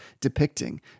depicting